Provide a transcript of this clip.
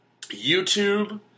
YouTube